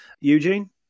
Eugene